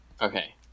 Okay